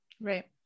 Right